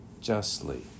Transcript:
justly